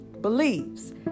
believes